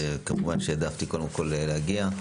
כמובן שהעדפתי קודם כל להגיע.